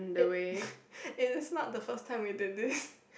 it it is not the first time we did this